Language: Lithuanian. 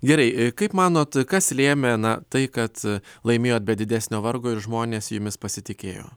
gerai kaip manot kas lėmė na tai kad laimėjot be didesnio vargo ir žmonės jumis pasitikėjo